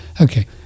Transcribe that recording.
Okay